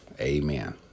Amen